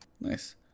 Nice